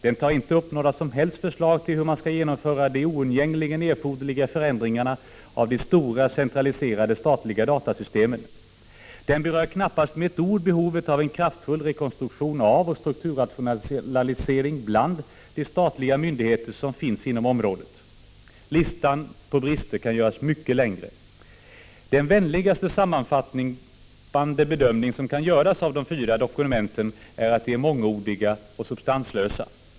— Den tar inte upp några som helst förslag till hur man skall genomföra de oundgängligen erforderliga förändringarna av de stora centraliserade statliga datasystemen. — Den berör knappast med ett ord behovet av en kraftfull rekonstruktion av och strukturrationalisering bland de statliga myndigheter som finns inom området. Listan på brister kan göras mycket längre. Den vänligaste sammanfattande bedömning som kan göras av de fyra dokumenten är att de är mångordiga och substanslösa.